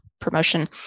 promotion